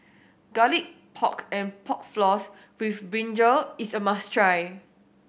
Garlic Pork and Pork Floss with brinjal is a must try